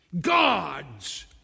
God's